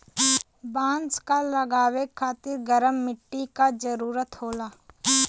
बांस क लगावे खातिर गरम मट्टी क जरूरत होला